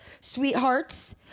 Sweethearts